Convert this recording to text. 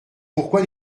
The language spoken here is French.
pourquoi